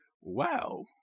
wow